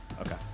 Okay